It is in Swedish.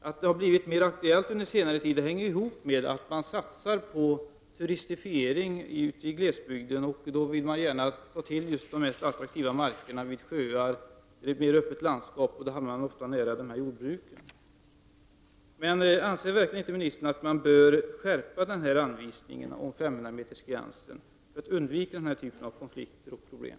Att det har blivit mer aktuellt under senare tid hänger ju ihop med att man i glesbygden satsar på turism. Då vill man gärna utnyttja just de attraktiva markerna vid sjöar eller öppna landskap, ofta nära jordbruken. Anser verkligen inte ministern att anvisningen om 500-metersgränsen bör skärpas för att undvika denna typ av konflikter och problem?